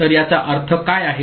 तर याचा अर्थ काय आहे